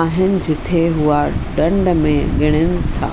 आहिनि जिथे उहे डंड में विड़िनि था